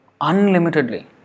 unlimitedly